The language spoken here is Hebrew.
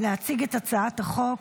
להציג את הצעת החוק.